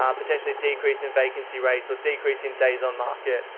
um potentially decrease in vacancy rates or decrease in days on market.